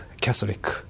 Catholic